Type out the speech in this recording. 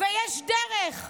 ויש דרך,